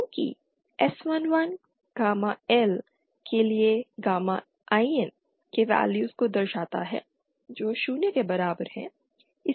चूँकि s11 gamma L के लिए गामा IN के वैल्यूज़ को दर्शाता है जो शून्य के बराबर है